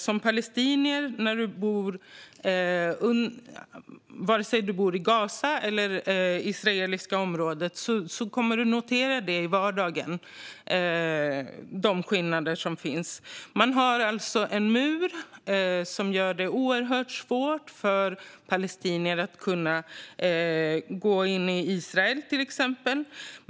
Som palestinier, oavsett om du bor i Gaza eller i det israeliska området, kommer du i vardagen att notera de skillnader som finns. Man har alltså en mur som gör det oerhört svårt för palestinier att gå in i Israel, till exempel.